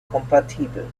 kompatibel